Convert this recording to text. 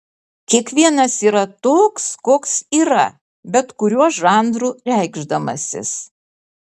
kiekvienas yra toks koks yra bet kuriuo žanru reikšdamasis